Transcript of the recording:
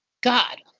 God